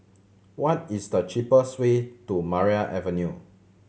what is the cheapest way to Maria Avenue